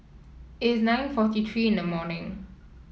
it is nine forty three in the morning